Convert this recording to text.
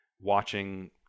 watching